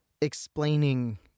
explaining